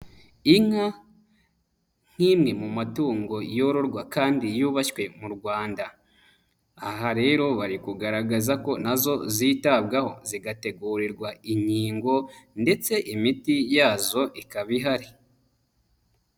Inka nk'imwe mu matungo yororwa kandi yubashywe mu Rwanda. Aha rero bari kugaragaza ko na zo zitabwaho zigategurirwa inkingo ndetse imiti yazo ikaba ihari.